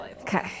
Okay